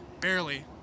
barely